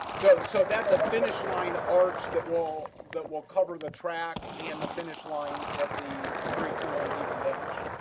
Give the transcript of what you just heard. so that's a finish line, the arch that will that will cover the track and the finish line at the three two one deacon dash.